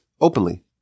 openly